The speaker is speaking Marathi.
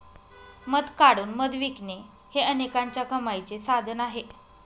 मध काढून मध विकणे हे अनेकांच्या कमाईचे साधन आहे